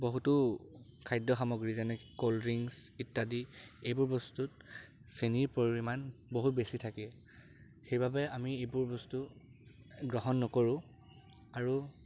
বহুতো খাদ্য সামগ্ৰী যেনেকৈ ক'ল ড্ৰিংকছ ইত্যাদি এইবোৰ বস্তুত চেনিৰ পৰিমাণ বহুত বেছি থাকে সেইবাবে আমি এইবোৰ বস্তু গ্ৰহণ নকৰোঁ আৰু